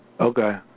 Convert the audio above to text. Okay